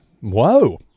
Whoa